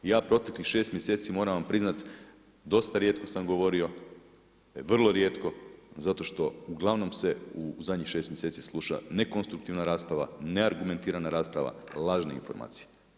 Ja u protekli 6 mjeseci, moram vam priznati dosta rijetko sam govorio, vrlo rijetko, zato što uglavnom se u zadnjih 6 mjeseci sluša ne konstruktivna rasprava, ne argumentirana rasprava, lažne informacije.